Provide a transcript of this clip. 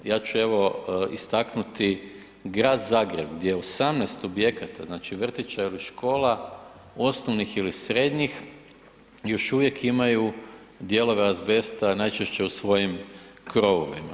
Ja ću evo istaknuti grad Zagreb gdje 18 objekata znači vrtića ili škola, osnovnih ili srednjih još uvijek imaju dijelove azbesta, najčešće u svojim krovovima.